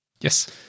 Yes